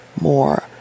more